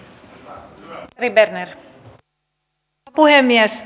arvoisa rouva puhemies